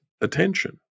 attention